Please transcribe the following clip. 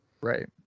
Right